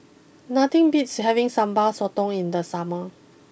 nothing beats having Sambal Sotong in the summer